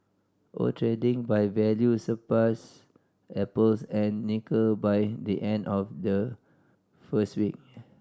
oil trading by value surpassed apples and nickel by the end of the first week